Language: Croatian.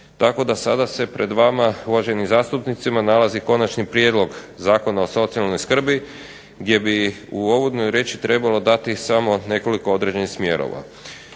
tako da sada se pred vama uvaženim zastupnici nalazi konačni prijedlog Zakona o socijalnoj skrbi gdje bi u uvodnoj riječi trebalo dati samo nekoliko smjerova.